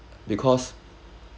because